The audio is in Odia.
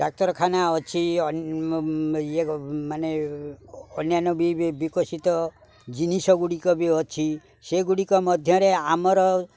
ଡାକ୍ତରଖାନା ଅଛି ଇଏ ମାନେ ଅନ୍ୟାନ୍ୟ ବିକଶିତ ଜିନିଷ ଗୁଡ଼ିକ ବି ଅଛି ସେଗୁଡ଼ିକ ମଧ୍ୟରେ ଆମର